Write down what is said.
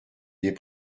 des